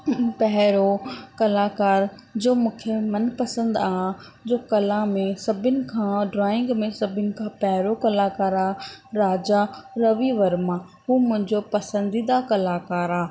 पहिरों कलाकार जो मूंखे मन पसंदि आहे जो कला में सभिनि खां ड्राइंग में सभिन खां पहिरों कलाकार आहे राजा रवि वर्मा हू मुंहिंजो पसंदीदा कलाकार आहे